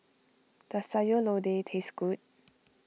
does Sayur Lodeh taste good